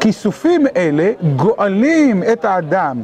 כיסופים אלה גואלים את האדם.